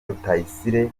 rutayisire